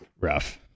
Rough